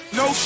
no